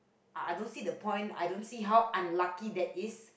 I don't see the point I don't see how unlucky that is